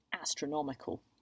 astronomical